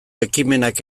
ekimenak